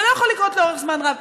זה לא יכול לקרות לאורך זמן רב.